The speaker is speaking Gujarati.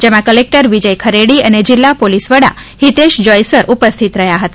જેમાં કલેક્ટર વિજય ખરેડી અને જિલ્લા પોલીસ વડા હિતેશ જોઇસર ઉપસ્થિત રહ્યા હતા